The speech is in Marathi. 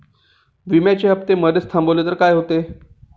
विम्याचे हफ्ते मधेच थांबवले तर काय होते?